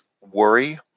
worry